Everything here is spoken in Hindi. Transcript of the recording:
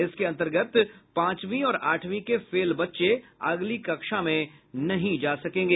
इसके अन्तर्गत पांचवीं और आठवीं के फेल बच्चे अगली कक्षा में नहीं जा सकेंगे